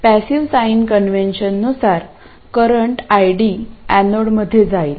passive sign कन्व्हेन्शननुसार current ID एनोडमध्ये जाईल